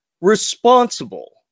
responsible